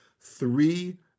three